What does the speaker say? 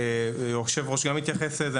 היו"ר גם התייחס לזה,